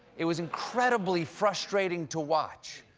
it was incredibly frustrating to watch,